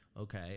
okay